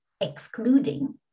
excluding